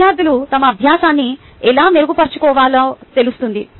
విద్యార్థులు తమ అభ్యాసాన్ని ఎలా మెరుగుపరుచుకోవాలో తెలుస్తుంది